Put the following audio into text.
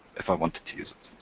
if i wanted to use it.